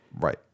Right